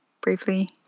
briefly